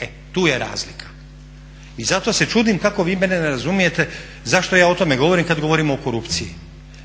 e tu je razlika. I zato se čudim kako vi mene ne razumijete zašto ja o tome govorim kad govorim o korupciji,